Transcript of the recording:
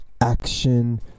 action